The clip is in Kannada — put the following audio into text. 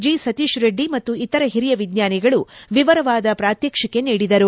ಜಿ ಸತೀಶ್ ರೆಡ್ಡಿ ಮತ್ತು ಇತರ ಹಿರಿಯ ವಿಜ್ವಾನಿಗಳು ವಿವರವಾದ ಪ್ರಾತ್ಯಕ್ಷಿಕೆ ನೀಡಿದರು